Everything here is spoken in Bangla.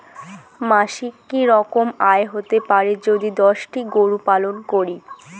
মাসিক কি রকম আয় হতে পারে যদি দশটি গরু পালন করি?